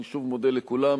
אני שוב מודה לכולם,